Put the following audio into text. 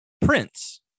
Prince